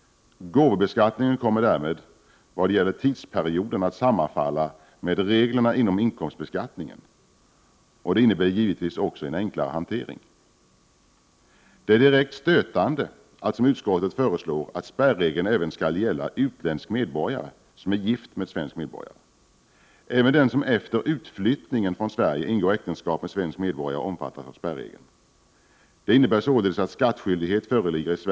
Gåvobeskattningen kommer därmed när det gäller tidsperioder att sammanfalla med reglerna inom inkomstbeskattningen. Det innebär givetvis en enklare hantering. Det är direkt stötande som utskottet föreslår att spärregeln även skall gälla utländsk medborgare som är gift med svensk medborgare. Även den som efter utflyttningen från Sverige ingår äktenskap med svensk medborgare omfattas av spärregeln. Det innebär således att skattskyldighet föreligger i Prot.